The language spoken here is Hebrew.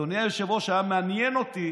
אדוני היושב-ראש, היה מעניין אותי